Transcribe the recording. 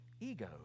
ego